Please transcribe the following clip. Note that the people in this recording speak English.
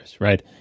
right